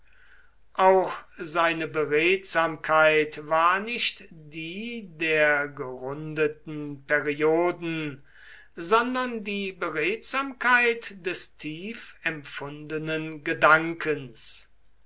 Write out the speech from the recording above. auch seine beredsamkeit war nicht die der gerundeten perioden sondern die beredsamkeit des tief empfundenen gedankens